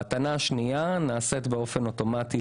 ההטענה השנייה נעשית באופן אוטומטי,